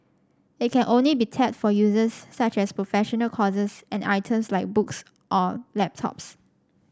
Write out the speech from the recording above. it can only be tapped for uses such as professional courses and items like books or laptops